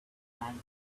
and